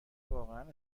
واقعا